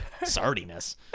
Sardiness